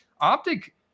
optic